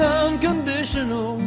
unconditional